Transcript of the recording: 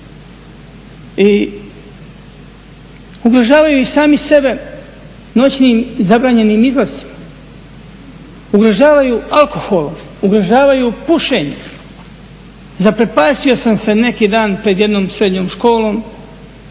I ugrožavaju i sami sebe noćnim zabranjenim izlascima, ugrožavaju alkohol, ugrožavaju pušenje. Zaprepastio sam se neki dan pred jednom srednjom školom